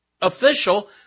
official